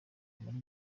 muri